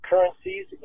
currencies